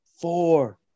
four